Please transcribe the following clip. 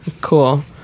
cool